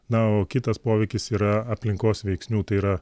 na o kitas poveikis yra aplinkos veiksnių tai yra